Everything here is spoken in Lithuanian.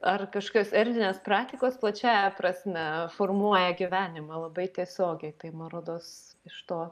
ar kažkas erdvinės praktikos plačiąja prasme formuoja gyvenimą labai tiesiogiai tai man rodos iš to